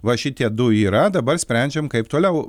va šitie du yra dabar sprendžiam kaip toliau